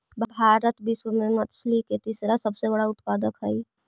भारत विश्व में मछली के तीसरा सबसे बड़ा उत्पादक हई